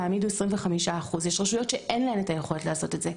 תעמידו 25%. יש רשויות שאין להן את היכולת לעשות את זה.